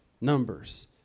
Numbers